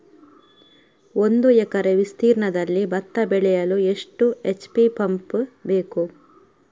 ಒಂದುಎಕರೆ ವಿಸ್ತೀರ್ಣದಲ್ಲಿ ಭತ್ತ ಬೆಳೆಯಲು ಎಷ್ಟು ಎಚ್.ಪಿ ಪಂಪ್ ಬೇಕು?